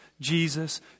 Jesus